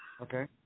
Okay